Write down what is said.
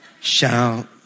Shout